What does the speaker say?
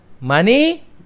money